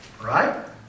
Right